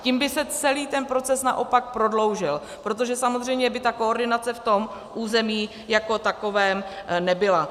Tím by se celý ten proces naopak prodloužil, protože samozřejmě by ta koordinace v tom území jako takovém nebyla.